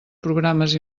programes